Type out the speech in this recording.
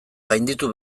gainditu